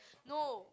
no